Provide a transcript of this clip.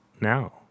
now